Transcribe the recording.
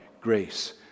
grace